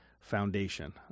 foundation